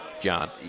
John